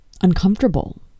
uncomfortable